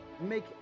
make